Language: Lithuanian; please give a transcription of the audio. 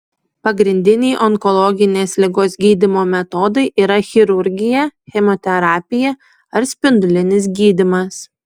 pagrindiniai onkologinės ligos gydymo metodai yra chirurgija chemoterapija ar spindulinis gydymas